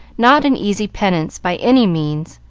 not an easy penance, by any means,